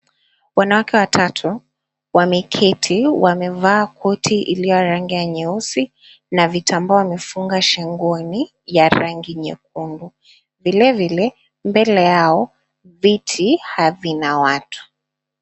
Wanawake watatu wameketi wamevaa koti iliyorangi ya nyeusi na vitambaa wamefunga shingoni ya rangi nyekundu, vile vile mbele yao viti havina watu.